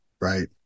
right